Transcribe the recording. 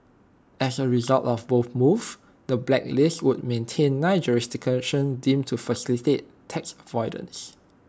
as A result of both moves the blacklist would maintain nine jurisdictions deemed to facilitate tax avoidance